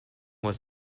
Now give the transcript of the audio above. was